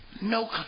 No